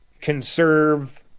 conserve